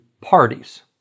parties